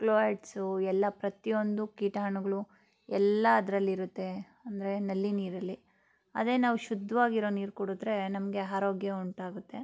chlorides ಎಲ್ಲ ಪ್ರತಿಯೊಂದು ಕೀಟಾಣುಗಳು ಎಲ್ಲ ಅದರಲ್ಲಿರುತ್ತೆ ಅಂದರೆ ನಳ್ಳಿ ನೀರಲ್ಲಿ ಅದೇ ನಾವು ಶುದ್ಧವಾಗಿರೋ ನೀರು ಕುಡಿದ್ರೆ ನಮಗೆ ಆರೋಗ್ಯ ಉಂಟಾಗುತ್ತೆ